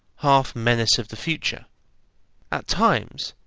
half menace of the future at times,